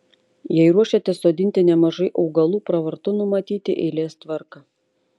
jei ruošiatės sodinti nemažai augalų pravartu numatyti eilės tvarką